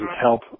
help